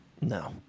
No